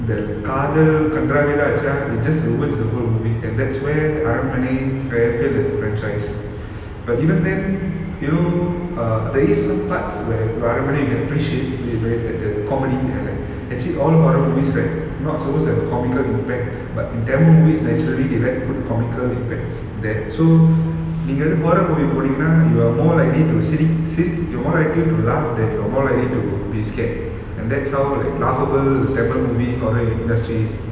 இந்த காதல் கண்ராவிலாம் வச்சா:intha kadhal kanravilaam vacha just ruins the whole movie and that's where Aranmanai very failed as a franchise but even then you know err there is some parts where Aranmanai get appreciate with respect the comedy and like actually all horror movies right not supposed to have a comical impact but in tamil movies naturally they like good comical impact that so நீங்க:neenga horror movie போனீங்கன்னா:ponenganna you are more likely to சிரி சிரி:siri siri you are more likely to laugh than you are more likely to be scared and that's how like laughable the tamil movie in horror industry is